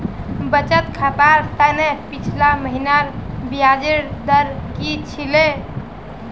बचत खातर त न पिछला महिनार ब्याजेर दर की छिले